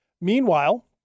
Meanwhile